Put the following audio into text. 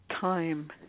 Time